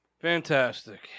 Fantastic